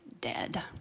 dead